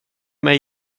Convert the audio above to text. mig